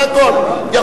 זה הכול.